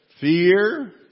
fear